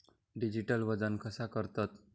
Digital वजन कसा करतत?